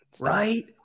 Right